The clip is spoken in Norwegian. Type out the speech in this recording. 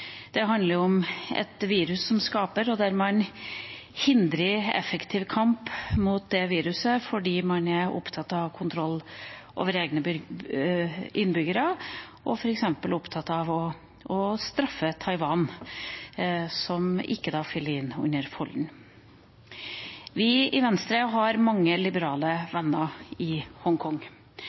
det handler om et virus en skaper, og at man hindrer en effektiv kamp mot det viruset fordi man er opptatt av kontroll over egne innbyggere og f.eks. er opptatt av å straffe Taiwan, som ikke faller inn i folden. Vi i Venstre har mange liberale venner i Hongkong,